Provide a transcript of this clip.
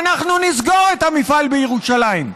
ואנחנו נסגור את המפעל בירושלים.